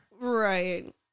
Right